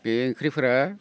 बे ओंख्रिफोरा